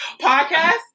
podcast